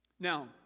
Now